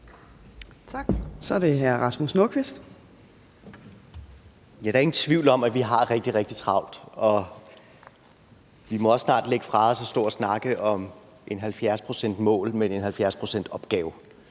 Kl. 10:11 Rasmus Nordqvist (ALT): Der er ingen tvivl om, at vi har rigtig, rigtig travlt, og vi må også snart lægge det fra os at stå og snakke om et 70-procentsmål, men snakke om en 70-procentsopgave.